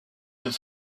vœux